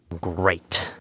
Great